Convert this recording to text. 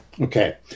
Okay